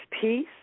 peace